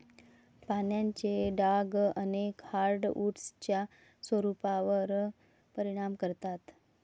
पानांचे डाग अनेक हार्डवुड्सच्या स्वरूपावर परिणाम करतात